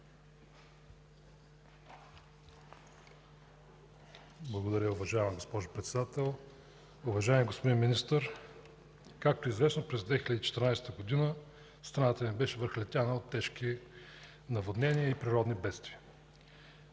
Благодаря Ви, уважаема госпожо Председател. Уважаеми господин Министър, както е известно, през 2014 г. страната ни беше връхлетяна от тежки наводнения и природни бедствия.